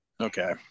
okay